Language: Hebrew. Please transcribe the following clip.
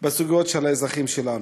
בסוגיות של האזרחים שלנו.